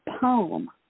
poem